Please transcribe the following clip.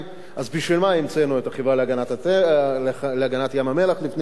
אז בשביל מה המצאנו את החברה להגנת ים-המלח לפני שש,